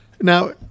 Now